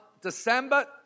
December